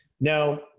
Now